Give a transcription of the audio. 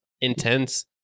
intense